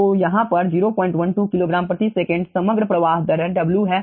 तो यहां पर 012 किलोग्राम प्रति सेकंड समग्र प्रवाह दर W है